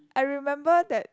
I remember that